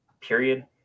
period